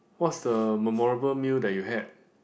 what's the memorable meal that you had